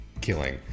killing